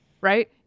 right